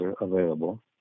available